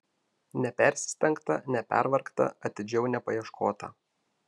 nepersistengta nepervargta atidžiau nepaieškota